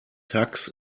tux